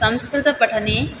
संस्कृतपठने